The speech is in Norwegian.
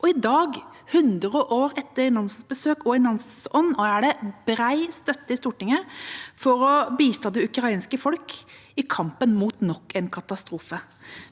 I dag – 100 år etter Nansens besøk og i Nansens ånd – er det bred støtte i Stortinget for å bistå det ukrainske folk i kampen mot nok en katastrofe,